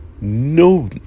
No